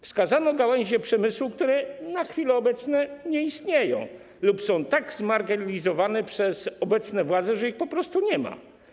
Wskazano gałęzie przemysłu, które na chwilę obecną nie istnieją lub są tak zmarginalizowane przez obecne władze, że ich po prostu nie ma.